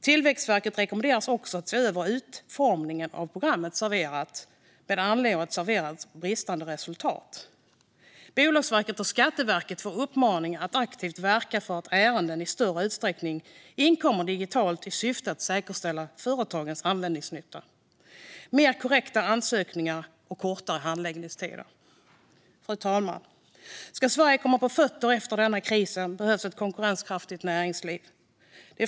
Tillväxtverket rekommenderas vidare att se över utformningen av programmet Serverat med anledning av dess bristande resultat. Bolagsverket och Skatteverket får uppmaningen att aktivt verka för att ärenden i större utsträckning inkommer digitalt i syfte att säkerställa användningsnytta och kortare handläggningstider för företagare och säkerställa mer korrekta ansökningar. Fru talman! Om Sverige ska komma på fötter efter den här krisen behövs ett konkurrenskraftigt näringsliv.